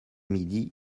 midi